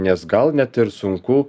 nes gal net ir sunku